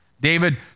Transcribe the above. David